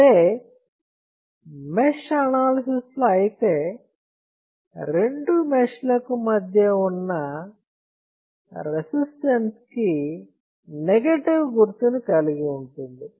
అదే mesh analysis లో అయితే రెండు మెష్ లకు మధ్య ఉన్న రెసిస్టెన్స్ కి నెగెటివ్ గుర్తుని కలిగి ఉంటుంది